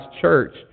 church